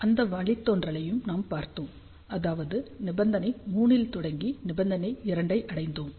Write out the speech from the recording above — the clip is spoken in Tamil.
அந்த வழித்தோன்றலையும் நாம் பார்த்தோம் அதாவது நிபந்தனை 3 இல் தொடங்கி நிபந்தனை 2 ஐ அடைந்தோம்